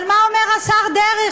אבל מה אומר השר דרעי,